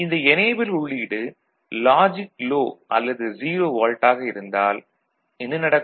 இந்த எனேபிள் உள்ளீடு logic low அல்லது 0 வோல்ட் ஆக இருந்தால் என்ன நடக்கும்